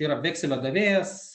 yra vekselio davėjas